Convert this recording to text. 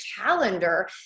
calendar